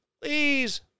please